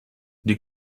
die